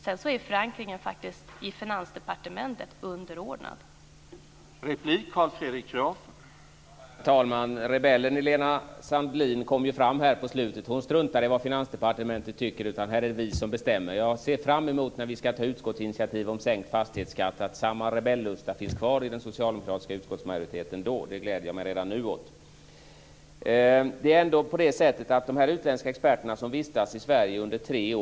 Sedan är faktiskt förankringen i Finansdepartementet underordnad detta.